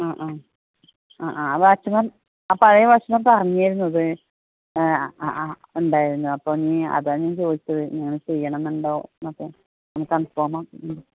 ആ ആ ആ ആ വാച്ച്മാൻ ആ പഴയ വാച്ച്മാൻ പറഞ്ഞിരുന്നു ഉണ്ടായിരുന്നു അപ്പോൾ ഇനി അതാണ് ഞാൻ ചോദിച്ചത് ചെയ്യണമെന്ന് ഉണ്ടോ എന്നൊക്കെ ഒന്ന് കൺഫേം ആക്കി